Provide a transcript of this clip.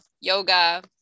yoga